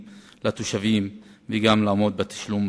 חברים, יושב-ראש ועד העובדים,